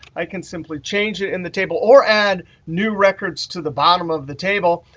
i can simply change it in the table or add new records to the bottom of the table.